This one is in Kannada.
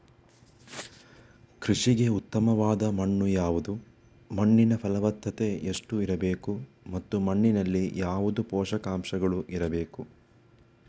ಕೃಷಿಗೆ ಉತ್ತಮವಾದ ಮಣ್ಣು ಯಾವುದು, ಮಣ್ಣಿನ ಫಲವತ್ತತೆ ಎಷ್ಟು ಇರಬೇಕು ಮತ್ತು ಮಣ್ಣಿನಲ್ಲಿ ಯಾವುದು ಪೋಷಕಾಂಶಗಳು ಇರಬೇಕು?